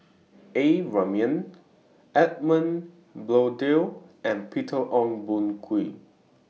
A Ramli Edmund Blundell and Peter Ong Boon Kwee